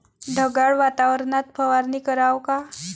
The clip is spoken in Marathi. ढगाळ वातावरनात फवारनी कराव का?